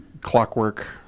clockwork